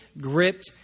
gripped